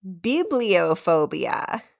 Bibliophobia